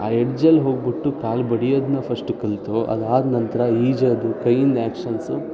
ಆ ಎಡ್ಜಲ್ಲಿ ಹೋಗಿಬಿಟ್ಟು ಕಾಲು ಬಡಿಯೋದನ್ನ ಫಸ್ಟ್ ಕಲಿತು ಅದಾದ ನಂತರ ಈಜೋದು ಕೈಯ್ಯಿಂದ ಯಾಕ್ಷನ್ಸು